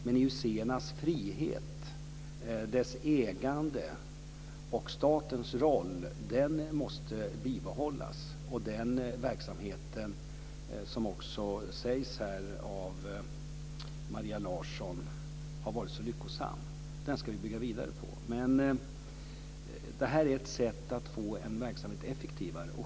Men IUC:s frihet, deras ägande och statens roll måste bibehållas, och den verksamhet som också Maria Larsson säger har varit lyckosam ska vi bygga vidare på. Men det här är ett sätt att få en verksamhet effektivare.